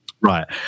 Right